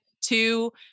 two